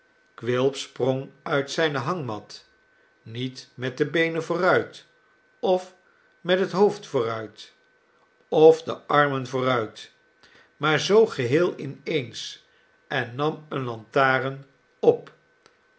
quilp sprong uit zijne hangmat niet met de beenen vooruit of met het hoofd vooruit of de armen vooruit maar zoo geheel in eens en nam eene lantaarn op